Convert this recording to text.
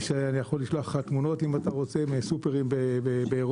אני יכול לשלוח לך תמונות מהסופרים באירופה.